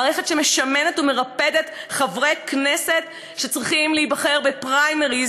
מערכת שמשמנת ומרפדת חברי כנסת שצריכים להיבחר בפריימריז